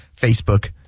Facebook